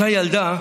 אותה ילדה,